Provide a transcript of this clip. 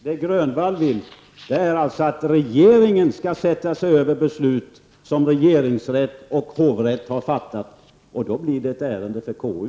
Fru talman! Jag måste korrigera mig. Det Nic Grönvall vill är att regeringen skall sätta sig över beslut som regeringsrätt och kammarrätt har fattat, och då blir det ett ärende för KU.